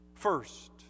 First